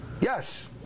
Yes